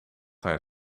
haar